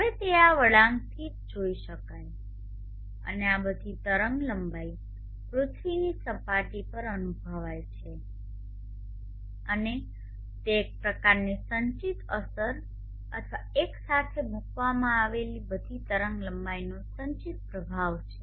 હવે તે આ વળાંકથી જ જોઈ શકાય છે અને આ બધી તરંગલંબાઇ પૃથ્વીની સપાટી પર અનુભવાય છે અને તે એક પ્રકારની સંચિત અસર અથવા એક સાથે મૂકવામાં આવેલી બધી તરંગલંબાઇનો સંચિત પ્રભાવ છે